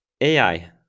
AI